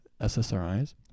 SSRIs